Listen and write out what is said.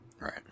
right